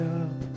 up